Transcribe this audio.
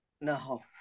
No